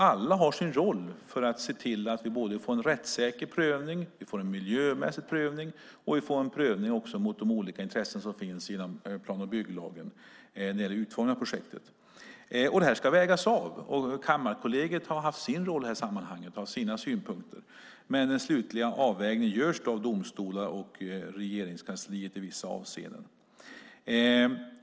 Alla har sin roll för att se till att vi får en rättssäker prövning, en miljömässig prövning och en prövning mot de olika intressen som finns inom plan och bygglagen när vi utformar projektet. Det här ska vägas av, och Kammarkollegiet har haft sin roll i detta sammanhang och har sina synpunkter. Men den slutliga avvägningen görs av domstolar och Regeringskansliet i vissa avseenden.